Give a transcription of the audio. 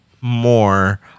more